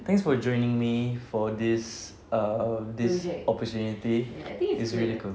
thanks for joining me for this err this opportunity it's really cool